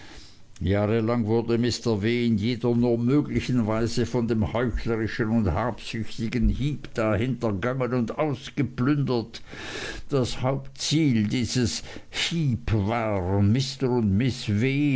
jahrelang wurde mr w in jeder nur möglichen weise von dem heuchlerischen und habsüchtigen heep da hintergangen und ausgeplündert das hauptziel dieses heep war mr und miß w